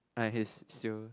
like he still